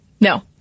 no